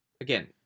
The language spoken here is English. Again